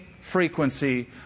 frequency